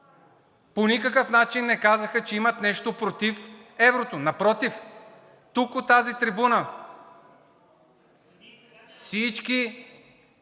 по никакъв начин не казаха, че имат нещо против еврото. Напротив, тук, от тази трибуна, всички